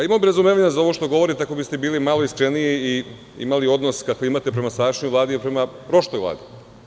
Imao bih razumevanja za ovo što govorite, ako biste bili malo iskreniji i imali odnos kakav imate prema sadašnjoj Vladi i prema prošloj Vladi.